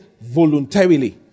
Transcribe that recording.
voluntarily